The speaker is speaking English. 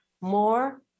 more